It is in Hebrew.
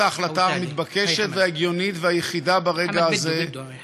ההחלטה המתבקשת ההגיונית והיחידה ברגע הזה